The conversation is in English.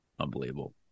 Unbelievable